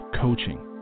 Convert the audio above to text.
coaching